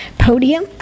podium